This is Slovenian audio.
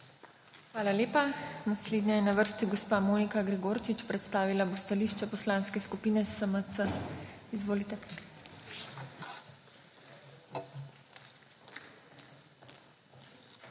Hvala lepa. Naslednja je na vrsti gospa Monika Gregorčič. Predstavila bo stališče Poslanske skupine SMC. Izvolite.